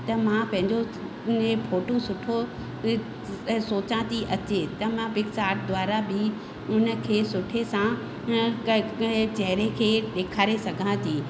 त मां पंहिंजो फोटूं सुठो सोचां थी अचे त मां पिक्सआर्ट द्वारा बि उन खे सुठे सां क्क चहिरे खे ॾेखारे सघां थी